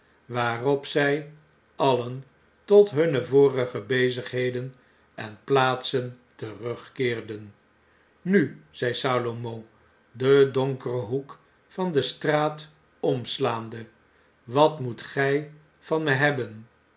waarop zy alien tot hunne vorige bezigheden en plaatsen terugkeerden nu zei salomo den donkeren hoek van de straat omslaande wat moet gfl van me hebben